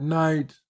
night